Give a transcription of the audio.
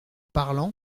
parlant